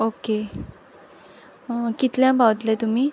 okay कितल्यां पोवतले तुमी